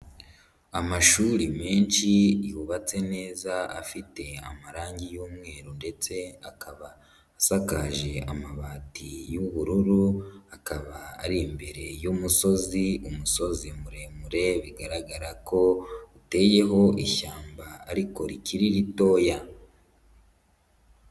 Amashuri menshi yubatse neza afite amarangi y'umweru ndetse akaba asakaje amabati y'ubururu, akaba ari imbere y'umusozi, umusozi muremure bigaragara ko uteyeho ishyamba ariko rikiri ritoya.